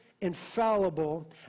infallible